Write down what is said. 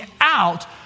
out